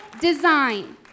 design